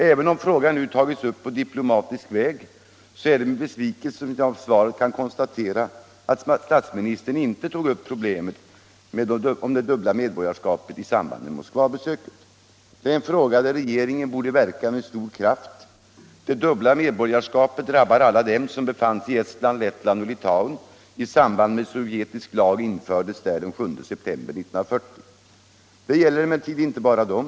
Även om frågan nu tagits upp på diplomatisk väg så är det med besvikelse som jag av svaret kan konstatera att statsministern inte tog upp problemet med det dubbla medborgarskapet i samband med Moskvabesöket. Detta är en fråga där regeringen borde verka med stor kraft. Det dubbla medborgarskapet drabbar alla dem som befann sig i Estland, Lettland och Litauen i samband med att sovjetisk lag infördes där den 7 september 1940. Det gäller emellertid inte bara dem.